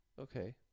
Okay